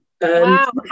Wow